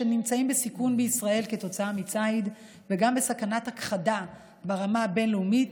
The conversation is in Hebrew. שנמצאים בסיכון בישראל כתוצאה מציד וגם בסכנת הכחדה ברמה הבין-לאומית,